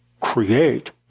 create